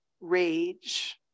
rage